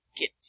get